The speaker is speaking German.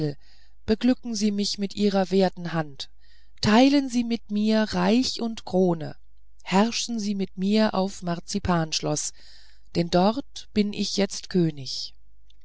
beglücken sie mich mit ihrer werten hand teilen sie mit mir reich und krone herrschen sie mit mir auf marzipanschloß denn dort bin ich jetzt könig